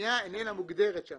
פנימייה איננה מוגדרת שם.